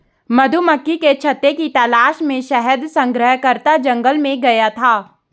मधुमक्खी के छत्ते की तलाश में शहद संग्रहकर्ता जंगल में गया था